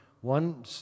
one